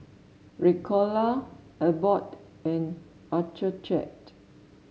Ricola Abbott and Accucheck